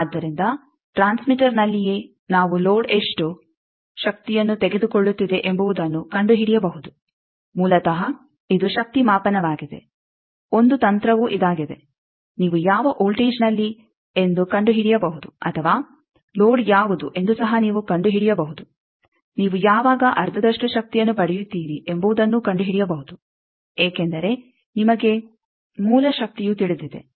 ಆದ್ದರಿಂದ ಟ್ರಾನ್ಸ್ಮಿಟರ್ನಲ್ಲಿಯೇ ನಾವು ಲೋಡ್ ಎಷ್ಟು ಶಕ್ತಿಯನ್ನು ತೆಗೆದುಕೊಳ್ಳುತ್ತಿದೆ ಎಂಬುದನ್ನು ಕಂಡುಹಿಡಿಯಬಹುದು ಮೂಲತಃ ಇದು ಶಕ್ತಿ ಮಾಪನವಾಗಿದೆ ಒಂದು ತಂತ್ರವು ಇದಾಗಿದೆ ನೀವು ಯಾವ ವೋಲ್ಟೇಜ್ನಲ್ಲಿ ಎಂದು ಕಂಡುಹಿಡಿಯಬಹುದು ಅಥವಾ ಲೋಡ್ ಯಾವುದು ಎಂದು ಸಹ ನೀವು ಕಂಡುಹಿಡಿಯಬಹುದು ನೀವು ಯಾವಾಗ ಅರ್ಧದಷ್ಟು ಶಕ್ತಿಯನ್ನು ಪಡೆಯುತ್ತೀರಿ ಎಂಬುದನ್ನೂ ಕಂಡುಹಿಡಿಯಬಹುದು ಏಕೆಂದರೆ ನಿಮಗೆ ಮೂಲ ಶಕ್ತಿಯು ತಿಳಿದಿದೆ